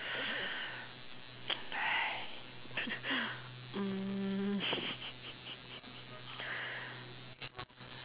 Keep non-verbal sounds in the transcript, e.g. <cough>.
<noise> mm <laughs>